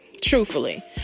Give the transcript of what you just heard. Truthfully